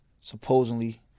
supposedly